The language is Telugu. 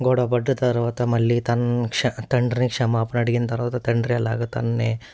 గొడవపడ్డ తరువాత మళ్ళీ తనని క్ష తండ్రిని క్షమాపణ అడిగిన తరువాత తండ్రి ఎలాగ తనని